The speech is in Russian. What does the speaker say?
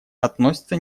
относятся